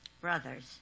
Brothers